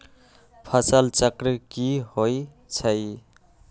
फसल चक्र की होइ छई?